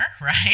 right